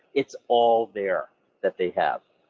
it's all there that they have.